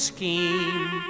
Scheme